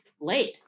late